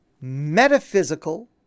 metaphysical